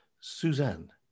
Suzanne